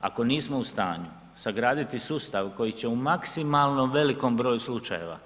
Ako nismo u stanju sagraditi sustav koji će u maksimalno velikom broju slučajeva